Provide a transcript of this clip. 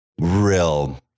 real